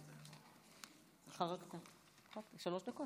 גברתי היושבת-ראש,